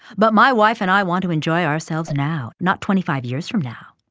but my wife and i want to enjoy ourselves now, not twenty five years from now.